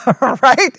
right